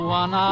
one